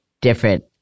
different